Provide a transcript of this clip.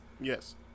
Yes